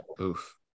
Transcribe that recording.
Oof